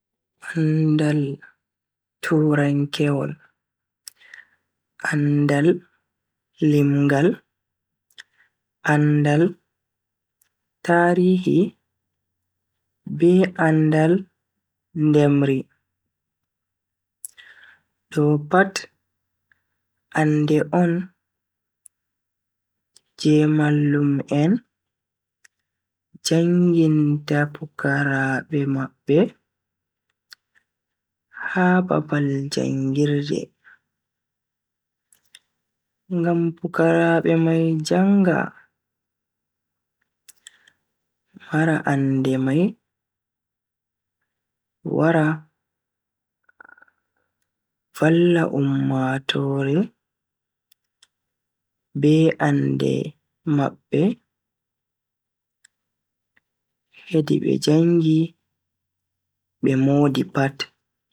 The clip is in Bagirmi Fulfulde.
Andaal turankewol, andaal limngaal, andaal tirihi be andaal ndemri. Do pat ande on je mallum en janginta pukaraabe mabbe ha babal jangirde ngam pukaraabe mai janga mara ande mai wara valla ummatoore be ande mabbe hedi be jangi be moodi pat.